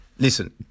Listen